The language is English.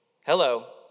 Hello